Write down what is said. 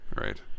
Right